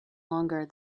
longer